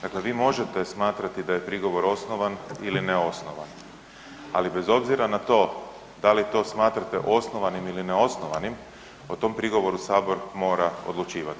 Dakle, vi možete smatrati da je prigovor osnovan ili neosnovan, ali bez obzira na to da li to smatrate osnovanim ili neosnovanim, o tom prigovoru Sabor mora odlučivati.